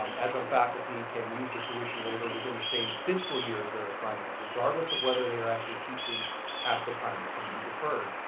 um adjunct faculty can use the tuition waver within the same fiscal year as their assignment, regardless of whether they are teaching at the time it can be differed.